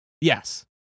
Yes